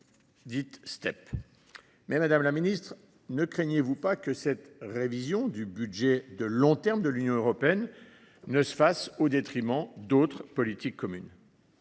Step. Madame la secrétaire d’État, ne craignez-vous pas que cette révision du budget de long terme de l’Union européenne ne se fasse au détriment d’autres politiques communes ?